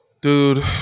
Dude